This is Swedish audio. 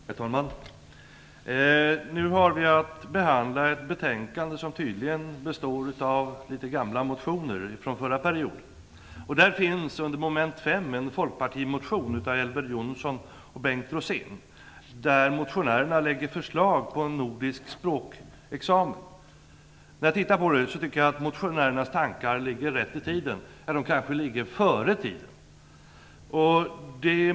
Herr talman! Nu har vi att behandla ett betänkande som tydligen består av en del gamla motioner från den förra perioden. Under mom. 5 finns en motion från När jag tittar på den tycker jag att motionärernas tankar ligger rätt i tiden; de kanske ligger före tiden.